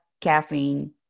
caffeine